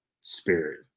spirit